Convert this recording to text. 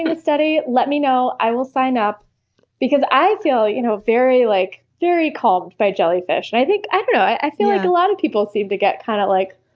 and study, let me know, i will sign up because i feel you know very, like very calmed by jellyfish. and i think, i don't know, i feel like a lot of people seem to get, kind of like,